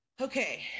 Okay